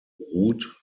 ruth